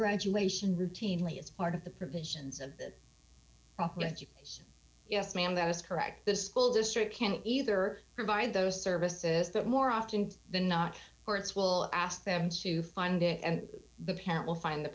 graduation routinely it's part of the provisions of the op let you yes ma'am that is correct the school district can either provide those services that more often than not for its will ask them to find it and the parent will find the